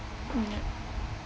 yup